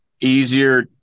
easier